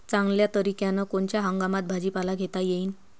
चांगल्या तरीक्यानं कोनच्या हंगामात भाजीपाला घेता येईन?